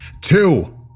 two